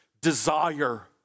desire